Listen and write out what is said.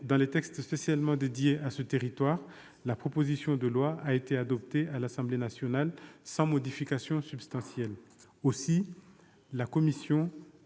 par les textes spécialement consacrés à ce territoire, la proposition de loi a été adoptée par l'Assemblée nationale sans modification substantielle. Aussi, la commission